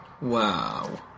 Wow